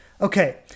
Okay